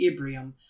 Ibrium